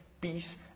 peace